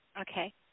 Okay